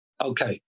okay